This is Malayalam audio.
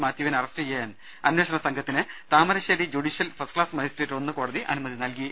മാത്യുവിനെ അറസ്റ്റ് ചെയ്യാൻ അന്വേഷണസംഘത്തിന് താമരശ്ശേരി ജുഡീഷ്യൽ ഫസ്റ്റ്ക്ലാസ് മജിസ്ട്രേറ്റ്ഒന്ന് കോടതി അനുമതി നൽകി